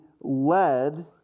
led